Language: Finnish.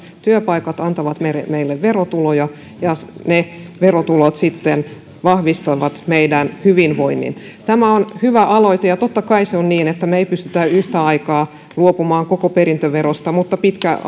työpaikat antavat meille verotuloja ja ne verotulot sitten vahvistavat meidän hyvinvointia tämä on hyvä aloite ja totta kai se on niin että me emme pysty yhtä aikaa luopumaan koko perintöverosta mutta